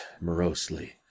morosely